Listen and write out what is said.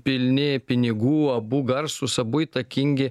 pilni pinigų abu garsūs abu įtakingi